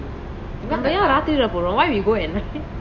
நம்ம ஏன் ராத்திரில போறோம்:namma yean rathirila porom why you go at night